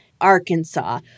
Arkansas